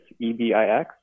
Ebix